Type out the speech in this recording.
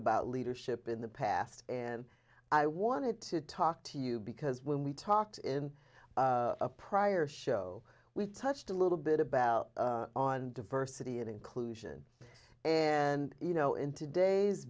about leadership in the past and i wanted to talk to you because when we talked in a prior show we touched a little bit about on diversity and inclusion and you know in today's